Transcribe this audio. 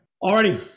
already